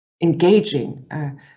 engaging